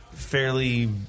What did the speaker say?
Fairly